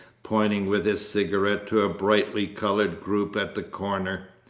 pointing with his cigarette to a brightly coloured group at the corner.